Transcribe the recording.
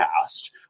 past